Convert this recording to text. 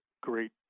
great